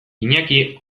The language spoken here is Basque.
iñaki